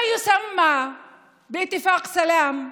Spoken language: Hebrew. מה שמכונה "הסכם שלום"